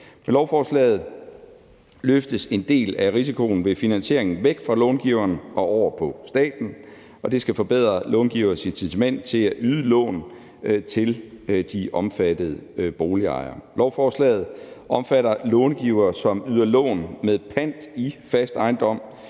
Med lovforslaget løftes en del af risikoen ved finansieringen væk fra långiveren og over på staten, og det skal forbedre långiverens incitament til at yde lån til de omfattede boligejere. Lovforslaget omfatter långivere, som yder lån med pant i fast ejendom